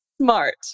Smart